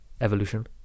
evolution